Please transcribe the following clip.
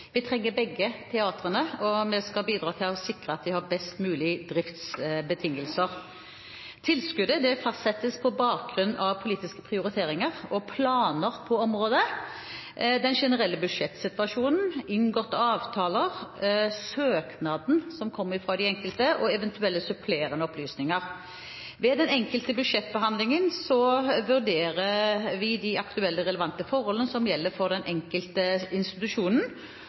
Vi trenger begge teatrene, og vi skal bidra til å sikre at de har best mulig driftsbetingelser. Tilskudd fastsettes på bakgrunn av politiske prioriteringer og planer på området, den generelle budsjettsituasjonen, inngåtte avtaler, søknaden som kom fra den enkelte og eventuelle supplerende opplysninger. Ved den enkelte budsjettbehandling vurderer vi de aktuelle relevante forholdene som gjelder for den enkelte